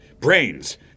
Brains